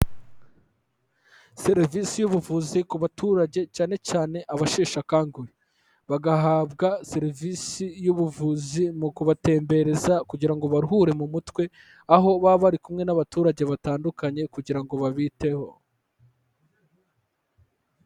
Serivisi y'ubuvuzi ku baturage, cyane cyane abasheshe akanguhe, bagahabwa serivisi y'ubuvuzi mu kubatembereza kugira ngo baruhure mu mutwe, aho baba bari kumwe n'abaturage batandukanye kugira ngo babiteho.